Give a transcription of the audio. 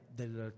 del